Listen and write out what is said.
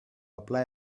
apply